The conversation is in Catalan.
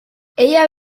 ella